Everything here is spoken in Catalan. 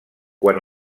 quan